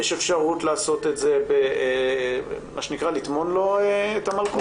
יש אפשרות, מה שנקרא, לטמון לו את המלכודת.